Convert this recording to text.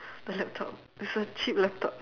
the laptop it's a cheap laptop